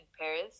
Paris